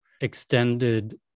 extended